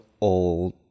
old